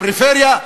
הפריפריה,